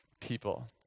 people